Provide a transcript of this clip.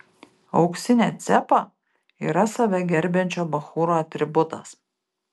auksinė cepa yra save gerbiančio bachūro atributas